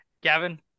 Gavin